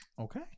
okay